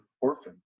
orphan